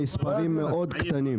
חברים, המספרים הם מאוד קטנים.